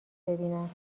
ببینم